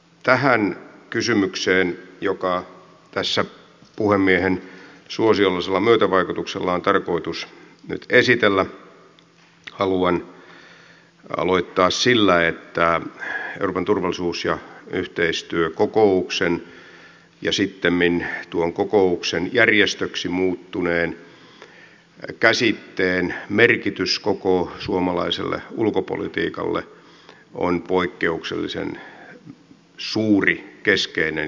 tämän kysymyksen joka tässä puhemiehen suosiollisella myötävaikutuksella on tarkoitus nyt esitellä haluan aloittaa sillä että euroopan turvallisuus ja yhteistyökokouksen ja sittemmin tuon kokouksesta järjestöksi muuttuneen käsitteen merkitys koko suomalaiselle ulkopolitiikalle on poikkeuksellisen suuri keskeinen ja tärkeä